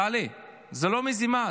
זה לא מזימה,